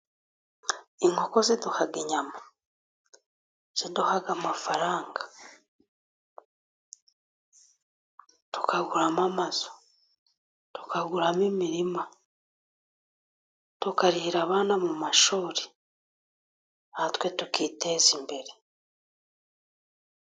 Inkoko ziduha inyama ,ziduha amafaranga tukaguramo amazu, tukaguramo imirima, tukarihira abana mu mashuri, na twe tukiteza imbere.